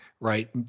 right